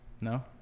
No